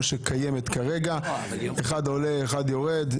שקיימת כרגע כאשר אחד עולה ואחד יורד.